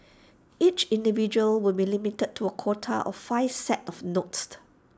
each individual will be limited to A quota of five sets of notes